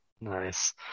Nice